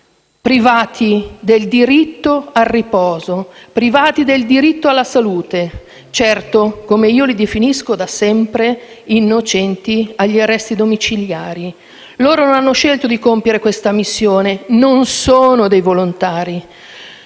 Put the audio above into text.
privati del diritto al riposo e del diritto alla salute. Come li definisco da sempre, sono innocenti agli arresti domiciliari. Loro non hanno scelto di compiere questa missione, non sono volontari.